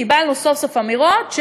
קיבלנו סוף-סוף אמירות: